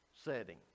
Setting